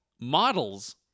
models